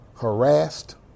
harassed